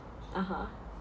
(uh huh)